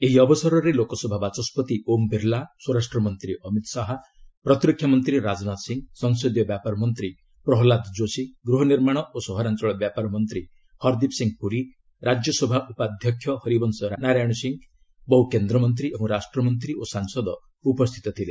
ଏହି ଅବସରରେ ଲୋକସଭା ବାଚସ୍କତି ଓମ୍ ବିର୍ଲା ସ୍ୱରାଷ୍ଟ୍ର ମନ୍ତ୍ରୀ ଅମିତ ଶାହା ପ୍ରତିରକ୍ଷାମନ୍ତ୍ରୀ ରାଜନାଥ ସିଂହ ସଂସଦୀୟ ବ୍ୟାପର ମନ୍ତ୍ରୀ ପ୍ରହଲ୍ଲାଦ ଯୋଶୀ ଗୃହନିର୍ମାଣ ଓ ସହରାଞ୍ଚଳ ବ୍ୟାପାର ମନ୍ତ୍ରୀ ହର୍ଦିପ ସିଂହ ପୁରୀ ରାଜ୍ୟସଭା ଉପାଧ୍ୟକ୍ଷ ହରିବଂଶ ନାରାୟଣ ସିଂହ ବହୁ କେନ୍ଦ୍ରମନ୍ତ୍ରୀ ଏବଂ ରାଷ୍ଟ୍ରମନ୍ତ୍ରୀ ଓ ସାଂସଦ ଉପସ୍ଥିତ ଥିଲେ